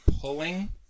pulling